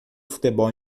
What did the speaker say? futebol